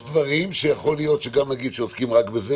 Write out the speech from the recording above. יש דברים שיכול להיות גם שנגיד, עוסקים רק בזה.